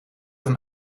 een